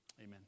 amen